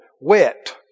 wet